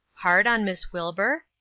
hard on miss wilbur?